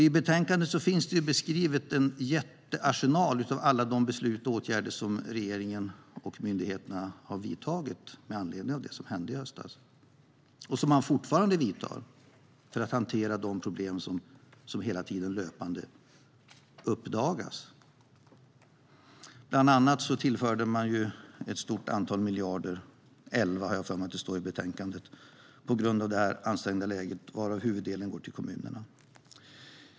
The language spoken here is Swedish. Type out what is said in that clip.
I betänkandet finns beskrivet en jättearsenal av beslut och åtgärder som regeringen och myndigheterna vidtog, och fortsatt vidtar, med anledning av det som hände i höstas och för att hantera de problem som löpande uppdagas. Bland annat tillfördes ett stort antal miljarder - 11 miljarder har jag för mig att det står i betänkandet - på grund av det ansträngda läget, varav huvuddelen går till kommunerna.